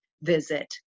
visit